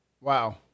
Wow